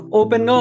open